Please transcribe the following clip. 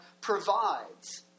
provides